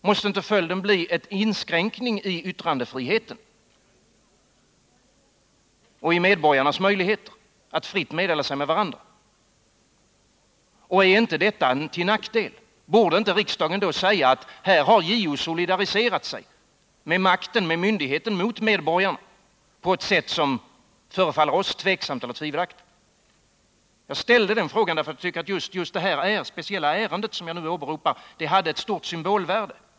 Måste inte följden bli en inskränkning i yttrandefriheten och i medborgarnas möjligheter att fritt meddela sig med varandra? Och är inte detta till nackdel? Borde inte riksdagen säga att JO här har solidariserat sig med makten och myndigheten och mot medborgarna på ett sätt som förefaller oss tvivelaktigt? Jag ställde den frågan därför att jag tyckte att just detta speciella ärende, som jag nu åberopar, hade ett stort symbolvärde.